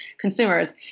consumers